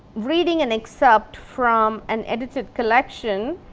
reading an excerpt from an edited collection.